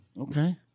okay